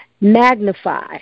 Magnify